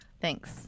thanks